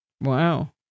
Wow